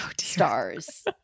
stars